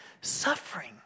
suffering